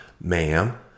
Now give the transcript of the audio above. ma'am